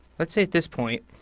let's say at this point,